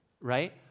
right